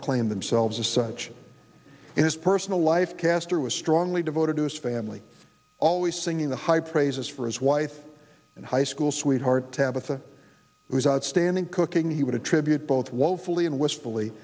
to claim themselves as such in his personal life caster was strongly devoted to his family always singing the high praises for his wife and high school sweetheart tabitha whose outstanding cooking he would attribute both woefully